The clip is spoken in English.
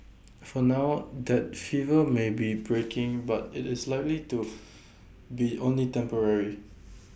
for now that fever may be breaking but IT is likely to be only temporary